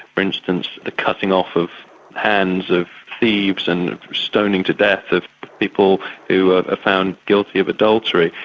for instance, the cutting off of hands of thieves and stoning to death of people who are ah found guilty of adultery,